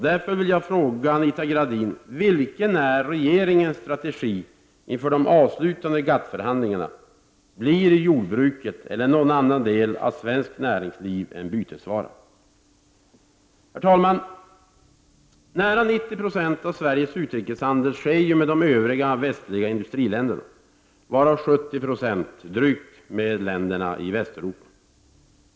Därför vill jag fråga Anita Gradin: Vilken är regeringens strategi inför de avslutande GATT-förhandlingarna? Blir jordbruket eller någon annan del av svenskt näringsliv en bytesvara? Herr talman! Nära 90 26 av Sveriges utrikeshandel sker med de övriga västliga industriländerna, varav drygt 70 90 med länderna i Västeuropa.